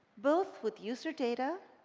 both with user data